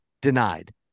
denied